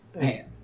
man